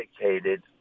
dedicated